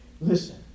Listen